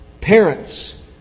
Parents